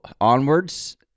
onwards